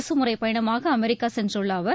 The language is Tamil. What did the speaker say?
அரசுமுறை பயணமாக அமெரிக்கா சென்றுள்ள அவர்